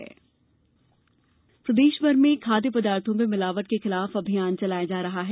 मिलावट अभियान प्रदेशभर में खाद्य पदार्थों में मिलावट के खिलाफ अभियान चलाया जा रहा है